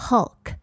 Hulk